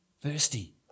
Thirsty